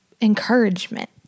encouragement